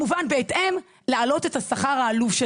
בהתאם לכך צריך להעלות את השכר העלוב,